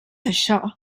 això